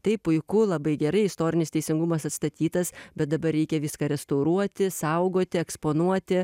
taip puiku labai gerai istorinis teisingumas atstatytas bet dabar reikia viską restauruoti saugoti eksponuoti